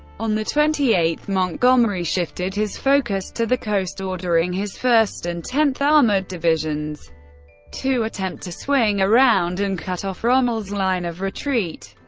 on the twenty eighth, montgomery shifted his focus to the coast, ordering his first and tenth armoured divisions to attempt to swing around and cut off rommel's line of retreat.